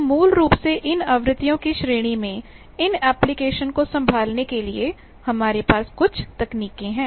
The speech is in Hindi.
तो मूल रूप से इन आवृत्तियों की श्रेणी में इन एप्लिकेशन को संभालने के लिए हमारे पास कुछ तकनीकें हैं